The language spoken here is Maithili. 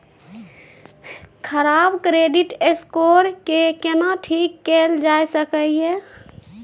खराब क्रेडिट स्कोर के केना ठीक कैल जा सकै ये?